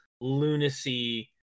lunacy